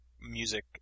music